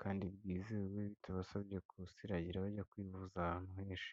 kandi bwizewe bitabasabye kusiragira bajya kwivuza ahantu henshi.